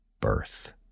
birth